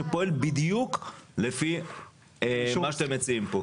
שפועל בדיוק לפי מה שאתם מציעים פה.